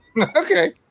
Okay